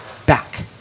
Back